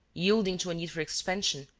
yielding to a need for expansion,